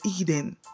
Eden